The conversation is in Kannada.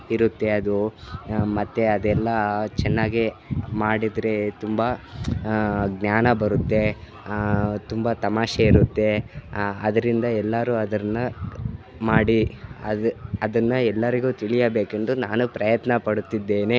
ಇರುತ್ತೆ ಅದು ಮತ್ತು ಅದೆಲ್ಲ ಚೆನ್ನಾಗೆ ಮಾಡಿದರೆ ತುಂಬ ಜ್ಞಾನ ಬರುತ್ತೆ ತುಂಬ ತಮಾಷೆ ಇರುತ್ತೆ ಅದರಿಂದ ಎಲ್ಲರು ಅದನ್ನ ಮಾಡಿ ಅದು ಅದನ್ನು ಎಲ್ಲರಿಗು ತಿಳಿಯಬೇಕೆಂದು ನಾನು ಪ್ರಯತ್ನ ಪಡುತ್ತಿದ್ದೇನೆ